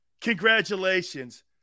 Congratulations